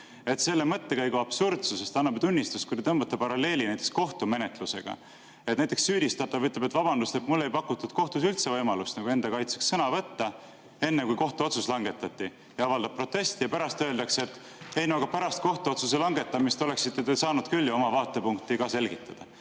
Selle mõttekäigu absurdsusest annab tunnistust see, kui te tõmbate paralleeli kohtumenetlusega. Näiteks süüdistatav ütleb, et vabandust, mulle ei pakutud kohtus üldse võimalust enda kaitseks sõna võtta enne, kui kohtuotsus langetati, avaldab protesti, mille peale öeldakse, et noh, pärast kohtuotsuse langetamist oleksite te ju saanud küll oma vaatepunkti selgitada.